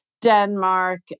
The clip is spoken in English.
Denmark